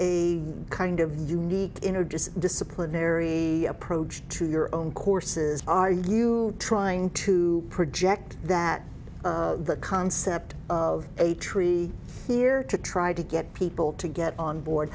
a kind of unique in a just disciplinary and protest to your own courses are you trying to project that the concept of a tree here to try to get people to get on board